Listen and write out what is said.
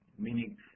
meaning